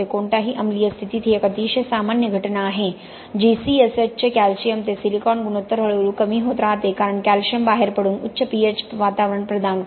कोणत्याही अम्लीय स्थितीत ही एक अतिशय सामान्य घटना आहे जी C S H चे कॅल्शियम ते सिलिकॉन गुणोत्तर हळूहळू कमी होत राहते कारण कॅल्शियम बाहेर पडून उच्च pH वातावरण प्रदान करते